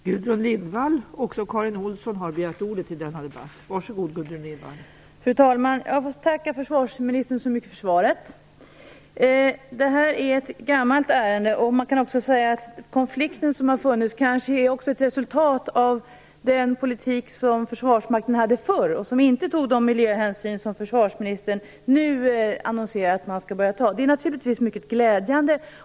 Fru talman! Först vill jag tacka försvarsministern för svaret. Detta är ett gammalt ärende. Konflikten kanske är ett resultat av den politik som Försvarsmakten hade förr som inte tog de miljöhänsyn som försvarsministern nu annonserar att man skall ta. Det är naturligtvis mycket glädjande.